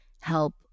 help